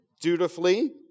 dutifully